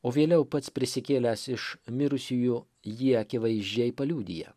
o vėliau pats prisikėlęs iš mirusiųjų jį akivaizdžiai paliudija